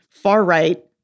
far-right